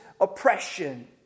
oppression